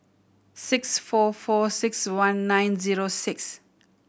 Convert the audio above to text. six four four six one nine zero six